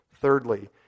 Thirdly